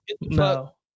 No